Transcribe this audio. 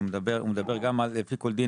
שהוא מדבר גם על פי כל דין,